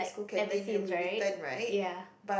ever since right ya